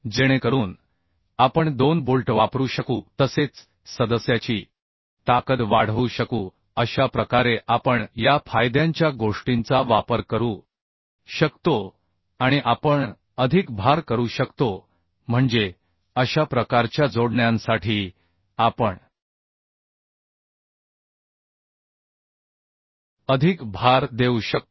जेणेकरून आपण दोन बोल्ट वापरू शकू तसेच सदस्याची ताकद वाढवू शकू अशा प्रकारे आपण या फायद्यांच्या गोष्टींचा वापर करू शकतो आणि आपण अधिक भार करू शकतो म्हणजे अशा प्रकारच्या जोडण्यांसाठी आपण अधिक भार देऊ शकतो